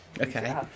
okay